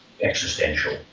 existential